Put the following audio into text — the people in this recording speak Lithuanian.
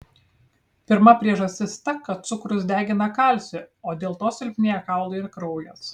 pirma priežastis ta kad cukrus degina kalcį o dėl to silpnėja kaulai ir kraujas